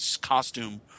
costume